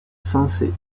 sensée